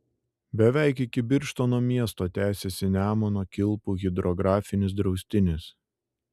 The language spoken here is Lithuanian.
beveik iki birštono miesto tęsiasi nemuno kilpų hidrografinis draustinis